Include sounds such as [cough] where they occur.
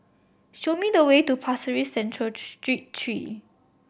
show me the way to Pasir Ris Central [unintelligible] Street three